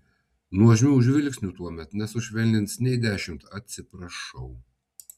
nuožmių žvilgsnių tuomet nesušvelnins nei dešimt atsiprašau